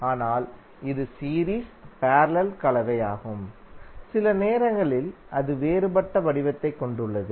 ஆனால் இது series parallel கலவையாகும் சில நேரங்களில் அது வேறுபட்ட வடிவத்தைக் கொண்டுள்ளது